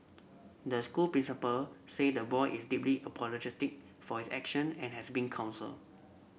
the school principal say the boy is deeply apologetic for his action and has been counselled